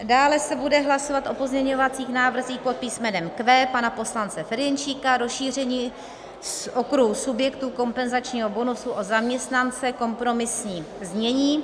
Dále se bude hlasovat o pozměňovacích návrzích pod písmenem Q pana poslance Ferjenčíka rozšíření okruhu subjektů kompenzačního bonusu o zaměstnance, kompromisní znění.